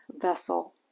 vessel